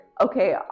Okay